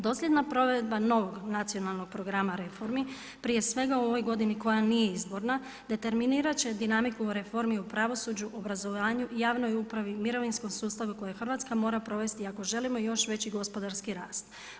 Dosljedna provedba novog nacionalnog programa reformi, prije svega u ovoj godini koja nije izborna, determinirati će dinamiku u reformi u pravosuđu u obrazovanju u javnoj upravi, mirovinskom sustavu, koje Hrvatska mora provesti ako želimo još veći gospodarski rast.